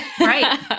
Right